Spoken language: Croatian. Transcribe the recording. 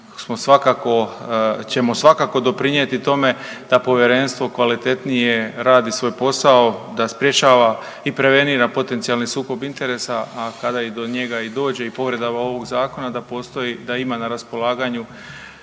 ćemo svakako doprinjeti tome da povjerenstvo kvalitetnije radi svoj posao, da sprječava i prevenira potencijalni sukob interesa, a kada i do njega i dođe i povredama ovog zakona da postoji, da ima na raspolaganju